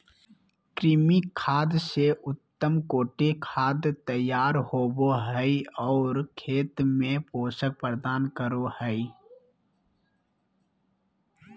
कृमि खाद से उत्तम कोटि खाद तैयार होबो हइ और खेत में पोषक प्रदान करो हइ